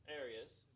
areas